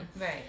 Right